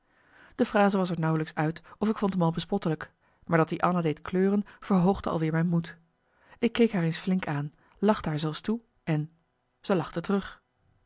de frase was er nauwelijks uit of ik vond m al bespottelijk maar dat i anna deed kleuren verhoogde al weer mijn moed ik keek haar eens flink aan lachte haar zelfs toe en ze lachte